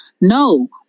No